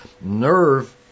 nerve